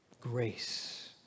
grace